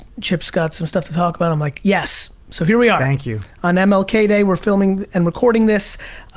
chips got some stuff to talk about. i'm like, yes! so here we are. thank you. on um mlk day, we're filming and recording this.